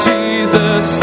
Jesus